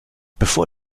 bevor